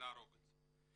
להרוג את זה.